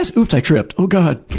ah oops, i tripped, oh god!